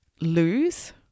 lose